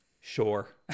Sure